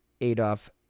Adolf